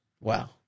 Wow